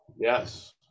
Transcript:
Yes